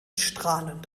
strahlend